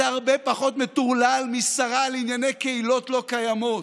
זה הרבה פחות מטורלל משרה לענייני קהילות לא קיימות.